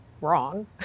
Wrong